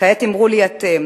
כעת, אמרו לי אתם: